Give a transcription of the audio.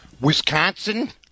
Wisconsin